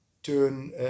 Turn